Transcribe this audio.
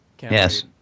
Yes